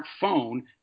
smartphone